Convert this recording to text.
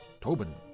Tobin